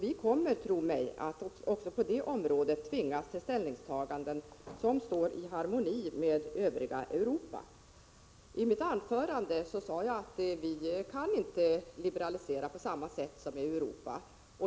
Vi kommer, tro mig, att också på det området tvingas till ställningstaganden som står i harmoni med övriga Europa. I mitt anförande sade jag att vi inte kan liberalisera på samma sätt som i USA.